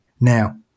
Now